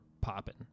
popping